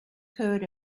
code